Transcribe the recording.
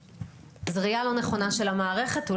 זו ראייה לא נכונה של המערכת.